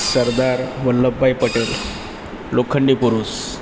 સરદાર વલ્લભ ભાઈ પટેલ લોખંડી પુરુષ